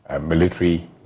military